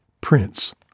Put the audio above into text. prince